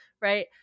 right